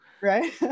Right